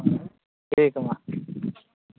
ᱴᱷᱤᱠ ᱜᱮᱭᱟ ᱢᱟ